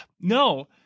no